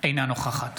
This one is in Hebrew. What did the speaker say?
אינה נוכחת